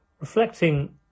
Reflecting